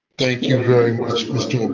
thank you very much mr.